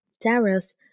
Darius